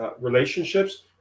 relationships